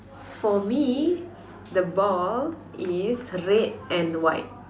for me the ball is red and white